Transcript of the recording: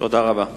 תודה רבה.